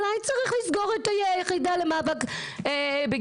אולי צריך לסגור את היחידה למאבק בגזענות?